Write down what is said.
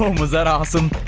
was that awesome?